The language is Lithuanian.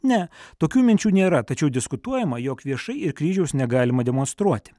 ne tokių minčių nėra tačiau diskutuojama jog viešai ir kryžiaus negalima demonstruoti